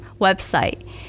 website